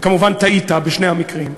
וכמובן טעית בשני המקרים,